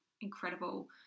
incredible